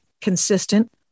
consistent